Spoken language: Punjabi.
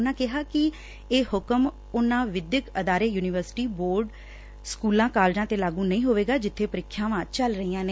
ਉਨੂਾਂ ਕਿਹਾ ਕਿ ਇਹ ਹੁਕਮ ਉਨੂਾਂ ਵਿਦਿਅਕ ਅਦਾਰੇ ਯੁਨੀਵਰਸਿਟੀ ਬੋਰਡਾਂ ਸਕੁਲਾਂ ਕਾਲਜਾਂ ਤੇ ਲਾਗੂ ਨਹੀ ਹੋਵੇਗਾ ਜਿੱਬੇ ਪ੍ਰੀਖਿਆਵਾਂ ਚੱਲ ਰਹੀਆਂ ਨੇ